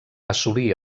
assolir